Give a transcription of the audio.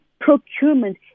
procurement